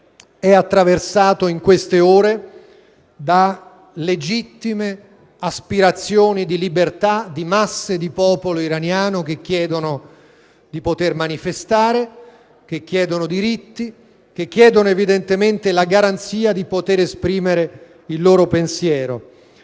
che è attraversato in queste ore da legittime aspirazioni di libertà di masse di popolo iraniano che chiedono di poter manifestare, che chiedono diritti, che chiedono, evidentemente, la garanzia di poter esprimere il loro pensiero.